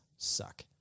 suck